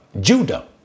Judah